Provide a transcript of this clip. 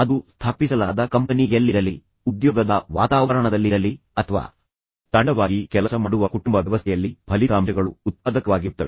ಅದು ಸ್ಥಾಪಿಸಲಾದ ಕಂಪನಿ ಯಲ್ಲಿರಲಿ ಅದು ಉದ್ಯೋಗದ ವಾತಾವರಣದಲ್ಲಿರಲಿ ಅಥವಾ ತಂಡವಾಗಿ ಕೆಲಸ ಮಾಡುವ ಕುಟುಂಬ ವ್ಯವಸ್ಥೆಯಲ್ಲಿ ಫಲಿತಾಂಶಗಳು ಉತ್ಪಾದಕವಾಗಿರುತ್ತವೆ